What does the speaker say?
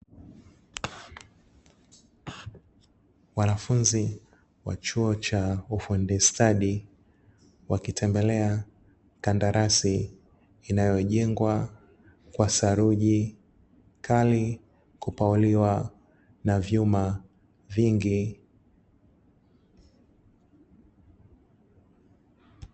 Wanafunzi wa chuo cha ufundi stadi wakitembelea kandarasi inayojengwa kwa saruji kali, kupauliwa na vyuma vingi.